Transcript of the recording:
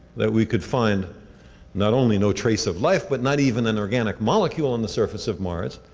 that we could find not only no trace of life, but not even an organic molecule in the surface of mars,